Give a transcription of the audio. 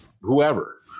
whoever